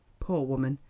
poor woman,